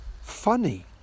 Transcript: funny